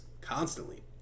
constantly